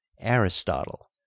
aristotle